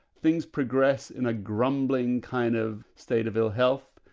things progress in a grumbling kind of state of ill health,